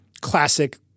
classic